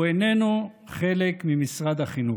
הוא איננו חלק ממשרד החינוך.